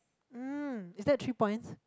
um is that three points